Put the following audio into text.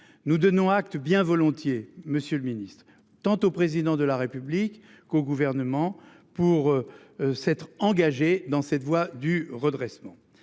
Nous donnons acte bien volontiers. Monsieur le Ministre tente au président de la République qu'au gouvernement pour. S'être engagé dans cette voie du redressement.